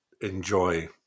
enjoy